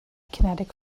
kinetic